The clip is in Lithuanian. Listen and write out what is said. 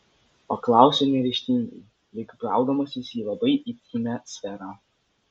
paklausė neryžtingai lyg braudamasis į labai intymią sferą